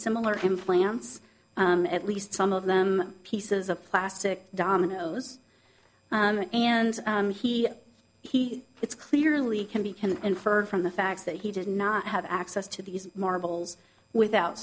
similar implants at least some of them pieces of plastic dominoes and he he it's clearly can be can inferred from the fact that he did not have access to these marbles without